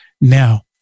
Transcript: Now